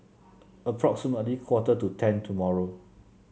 approximately quarter to ten tomorrow